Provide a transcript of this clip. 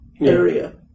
area